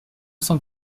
cent